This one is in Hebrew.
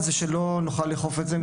שלא נוכל לאכוף את זה,